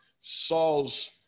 Saul's